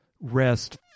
rest